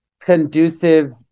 conducive